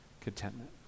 contentment